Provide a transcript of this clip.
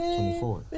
Twenty-four